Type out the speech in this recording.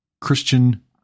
Christian